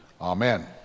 Amen